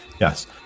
Yes